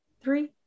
Three